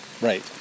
Right